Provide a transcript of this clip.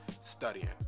studying